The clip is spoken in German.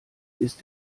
ist